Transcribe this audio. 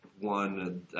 One